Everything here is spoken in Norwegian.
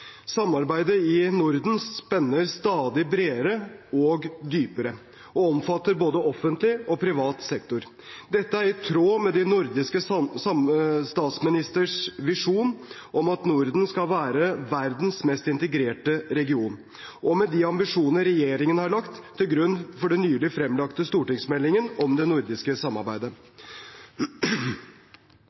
Samarbeidet i Norden spenner stadig bredere og dypere og omfatter både offentlig og privat sektor. Dette er i tråd med de nordiske statsministrenes visjon om at Norden skal være verdens mest integrerte region, og med de ambisjonene regjeringen har lagt til grunn for den nylig fremlagte stortingsmeldingen om det nordiske samarbeidet.